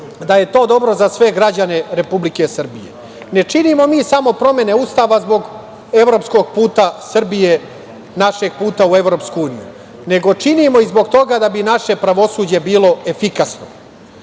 da je to dobro za sve građane Republike Srbije. Ne činimo mi samo promene Ustava zbog evropskog puta Srbije našeg puta u EU, nego činimo i zbog toga da bi naše pravosuđe bilo efikasno.U